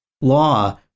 law